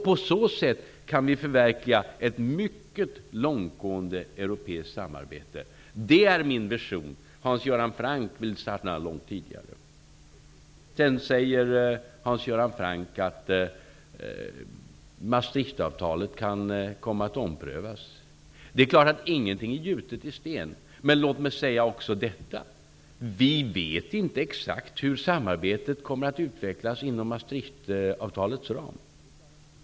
På så sätt kan vi förverkliga ett mycket långtgående europeiskt samarbete. Det är min vision. Hans Göran Franck vill stanna långt tidigare. Hans Göran Franck säger att Maastrichtavtalet kan komma att omprövas. Det är klart att ingenting är gjutet i sten. Men låt mig säga också detta: Vi vet inte exakt hur samarbetet kommer att utvecklas inom Maastrichtavtalets ram.